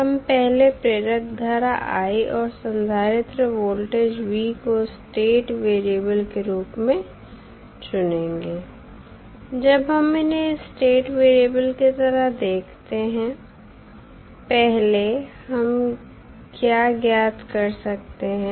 हम पहले प्रेरक धारा i और संधारित्र वोल्टेज v को स्टेट वेरिएबल के रूप में चुनेंगे जब हम इन्हें स्टेट वेरिएबल की तरह देखते हैं पहले हम क्या ज्ञात कर सकते हैं